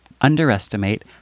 underestimate